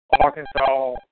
Arkansas